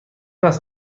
است